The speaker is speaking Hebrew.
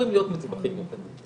אמורים להיות מדווחים יותר,